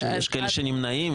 שיש כאלה שנמנעים,